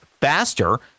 faster